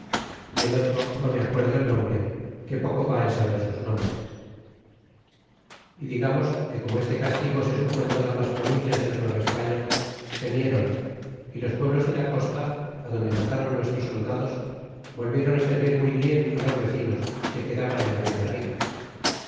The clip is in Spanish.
y el otro no me acuerdo el nombre que poco va en saber sus nombres y digamos que como este castigo se supo en todas las provincias de la nueva españa terniéron y los pueblos de la costa adonde matáron nuestros soldados volviéron servir muy bien á los vecinos que quedaban en la villa rica